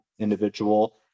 individual